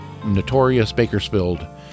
NotoriousBakersfield